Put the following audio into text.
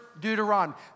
Deuteronomy